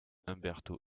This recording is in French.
umberto